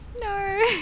No